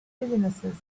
businesses